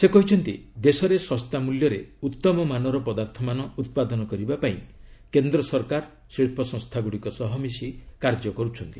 ସେ କହିଛନ୍ତି ଦେଶରେ ଶସ୍ତା ମ୍ବଲ୍ୟରେ ଉତ୍ତମ ମାନର ପଦାର୍ଥମାନ ଉତ୍ପାଦନ କରିବା ପାଇଁ କେନ୍ଦ ସରକାର ଶିଳ୍ପସଂସ୍ଥାଗୁଡ଼ିକ ସହ ମିଶି କାର୍ଯ୍ୟ କରୁଛନ୍ତି